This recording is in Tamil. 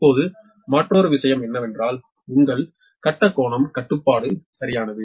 இப்போது மற்றொரு விஷயம் என்னவென்றால் உங்கள் கட்ட கோணம் கட்டுப்பாடு சரியானது